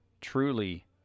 truly